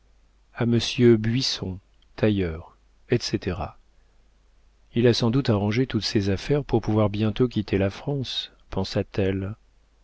a monsieur buisson tailleur etc il a sans doute arrangé toutes ses affaires pour pouvoir bientôt quitter la france pensa-t-elle